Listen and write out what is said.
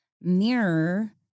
mirror